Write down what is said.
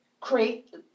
create